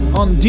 on